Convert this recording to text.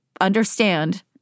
understand